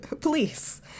Please